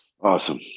Awesome